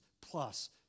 plus